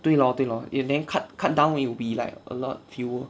对咯对咯 if then cut cut down will be like a lot fewer